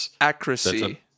Accuracy